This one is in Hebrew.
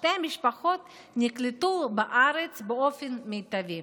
שתי המשפחות נקלטו בארץ באופן מיטבי.